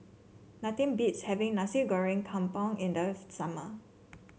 nothing beats having Nasi Goreng Kampung in the summer